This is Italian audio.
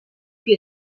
più